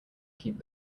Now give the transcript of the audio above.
keep